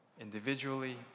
individually